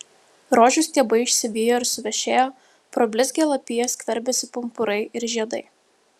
rožių stiebai išsivijo ir suvešėjo pro blizgią lapiją skverbėsi pumpurai ir žiedai